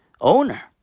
owner